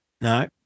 No